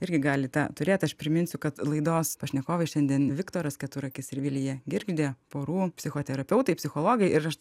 irgi gali tą turėt aš priminsiu kad laidos pašnekovai šiandien viktoras keturakis ir vilija girgždė porų psichoterapeutai psichologai ir aš